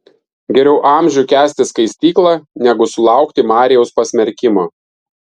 geriau amžių kęsti skaistyklą negu sulaukti marijaus pasmerkimo